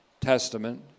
Testament